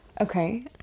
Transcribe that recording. Okay